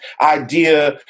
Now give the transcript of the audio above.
idea